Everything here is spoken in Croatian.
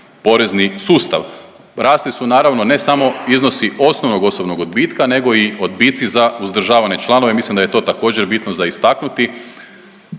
porezni sustav. Rasli su naravno ne samo iznosi osnovnog osobnog odbitka nego i odbici za uzdržavane članove. Mislim da je to također bitno za istaknuti